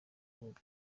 gihugu